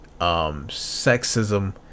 sexism